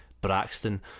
Braxton